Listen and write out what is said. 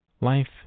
Life